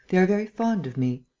they are very fond of me.